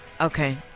Okay